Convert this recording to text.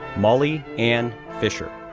molly ann fischer,